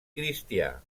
cristià